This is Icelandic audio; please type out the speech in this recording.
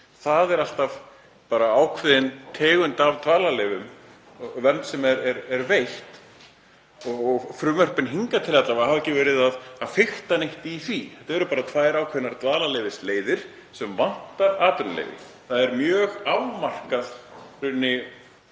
Það er alltaf bara ákveðin tegund af dvalarleyfum, vernd sem er veitt, og frumvörpin hingað til hafa alla vega ekki verið að fikta neitt í því. Þetta eru bara tvær ákveðnar dvalarleyfisleiðir sem vantar atvinnuleyfi. Það er í rauninni